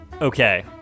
Okay